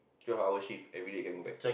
twelve hour shift everyday can go back